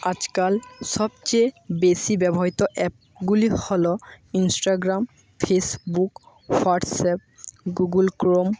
আজকাল সবচেয়ে বেশি ব্যবহৃত অ্যাপগুলি হলো Instagram Facebook WhatsApp Google Chrome